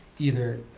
either